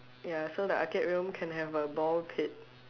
ya so the arcade room can have a ball pit